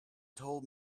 told